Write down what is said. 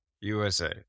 USA